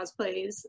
cosplays